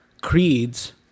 creeds